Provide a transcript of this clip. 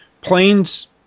planes